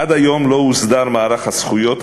עד היום לא הוסדר מערך הזכויות,